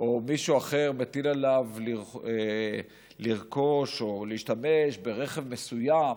או מישהו אחר מטיל עליו לרכוש או להשתמש ברכב מסוים